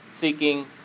seeking